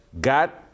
got